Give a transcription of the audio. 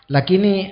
Lakini